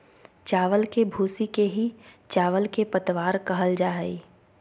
चावल के भूसी के ही चावल के पतवार कहल जा हई